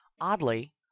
Oddly